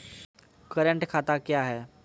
Current खाता क्या हैं?